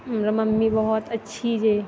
हमर मम्मी बहुत अच्छी जे